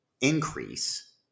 increase